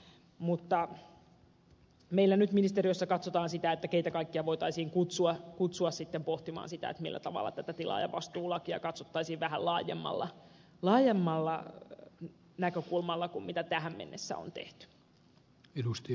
mutta meillä nyt ministeriössä katsotaan sitä keitä kaikkia voitaisiin sitten kutsua pohtimaan sitä millä tavalla tätä tilaajavastuulakia katsottaisiin vähän laajemmalla näkökulmalla kuin mitä tähän mennessä on tehty